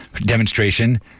demonstration